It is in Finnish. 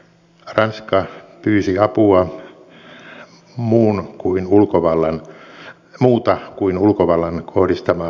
ranska pyysi apua muuta kuin ulkovallan kohdistamaa uhkaa vastaan